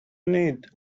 need